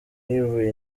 yivuye